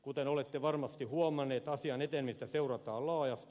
kuten olette varmasti huomanneet asian etenemistä seurataan laajasti